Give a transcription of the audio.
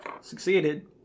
succeeded